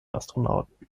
astronauten